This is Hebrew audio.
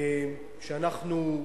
שאנחנו,